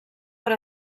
per